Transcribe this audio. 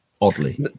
oddly